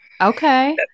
Okay